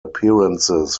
appearances